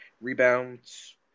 rebounds